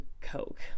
Coke